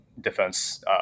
defense